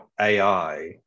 AI